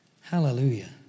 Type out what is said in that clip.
Hallelujah